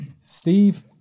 Steve